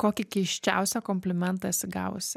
kokį keisčiausią komplimentą esi gavusi